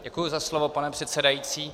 Děkuji za slovo, pane předsedající.